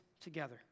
together